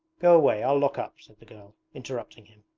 go away. i'll lock up said the girl, interrupting him.